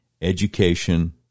education